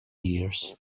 years